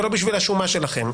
ולא בשביל השומה שלכם.